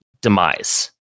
demise